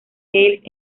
gales